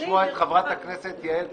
לשמוע את חברת הכנסת יעל כהן-פארן.